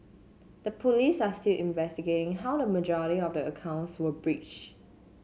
the police are still investigating how the majority of the accounts were breach